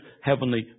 heavenly